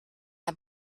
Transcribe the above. the